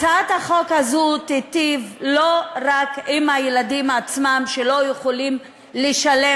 הצעת החוק הזו תיטיב לא רק עם הילדים עצמם שלא יכולים לשלם